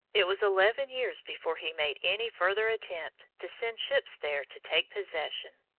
it was eleven years before he made any further attempt to send ships there to take possession.